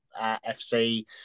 FC